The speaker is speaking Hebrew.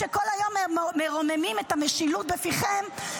שכל היום מרוממים את המשילות בפיכם,